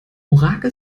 orakel